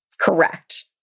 Correct